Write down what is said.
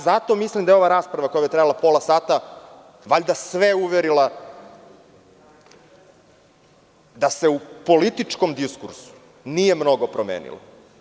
Zato mislim da je ova rasprava, koja je ovde trajala pola sata, valjda sve uverila da se u političkom diskursu nije mnogo promenilo.